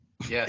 Yes